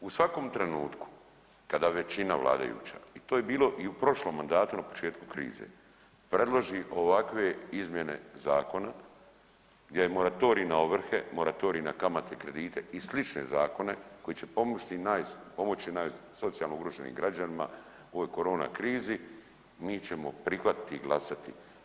U svakom trenutku kada većina vladajuća, to je bilo i u prošlom mandatu na početku krize, predloži ovakve izmjene zakona gdje je moratorij na ovrhe, moratorij na kamate i kredite i slične zakone koji će pomoći socijalno ugroženim građanima u ovoj korona krizi, mi ćemo prihvatiti i glasati.